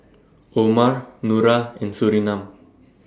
Omar Nura and Surinam